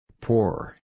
Poor